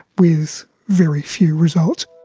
with very few results.